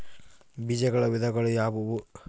ಬೇಜಗಳ ವಿಧಗಳು ಯಾವುವು?